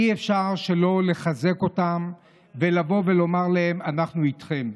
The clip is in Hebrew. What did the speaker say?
אי-אפשר שלא לחזק אותם ולומר לכם: אנחנו איתכם.